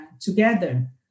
together